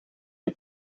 die